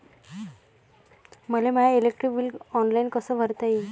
मले my electric bill online कस भरता येईन?